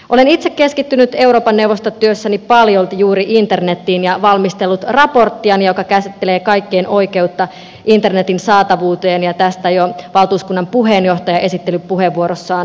olen itse keskittynyt euroopan neuvosto työssäni paljolti juuri internetiin ja valmistellut raporttiani joka käsittelee kaikkien oikeutta internetin saatavuuteen ja tästä jo valtuuskunnan puheenjohtaja esittelypuheenvuorossaan mainitsi